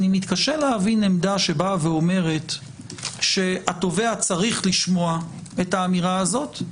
אני מתקשה להבין עמדה שבאה ואומרת שהתובע צריך לשמוע את האמירה הזאת,